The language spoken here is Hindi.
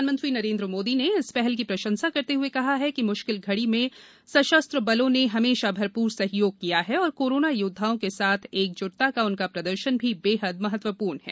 प्रधानमंत्री नरेन्द्र मोदी ने इस पहल की प्रशंसा करते हुए कहा है कि म्श्किल घडी में सशस्त्र बलों ने हमेशा भरपूर सहयोग किया है और कोरोना योद्धाओं के साथ एकजुटता का उनका प्रदर्शन भी बेहद महत्वपूर्ण है